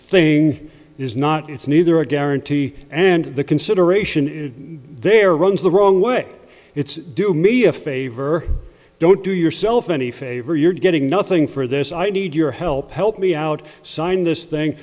thing is not it's neither a guarantee and the consideration is there runs the wrong way it's do me a favor don't do yourself any favor you're getting nothing for this i need your help help me out sign this thing